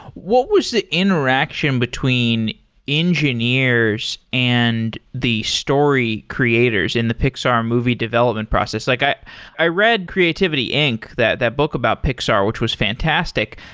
what was the interaction between engineers and the story creators in the pixar movie development process? like i i read creativity inc, that that book about pixar, which was fantastic.